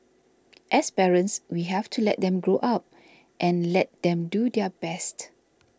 as parents we have to let them grow up and let them do their best